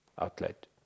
outlet